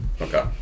Okay